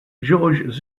georges